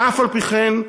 ואף-על-פי-כן,